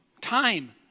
Time